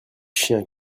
chien